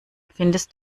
findest